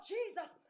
Jesus